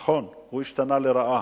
נכון, הוא השתנה לרעה.